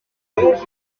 près